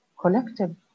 collective